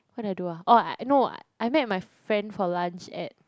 what did I do ah oh no I met my friend for lunch at